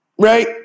right